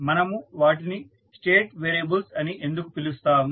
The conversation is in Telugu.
మనము వాటిని స్టేట్ వేరియబుల్స్ అని ఎందుకు పిలుస్తాము